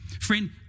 friend